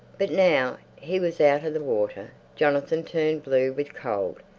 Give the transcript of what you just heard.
but now he was out of the water jonathan turned blue with cold.